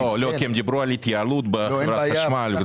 כי הם דיברו על התייעלות בחברת החשמל.